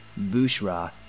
Bushra